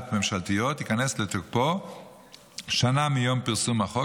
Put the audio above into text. ממשלתיות ייכנס לתוקפו שנה מיום פרסום החוק,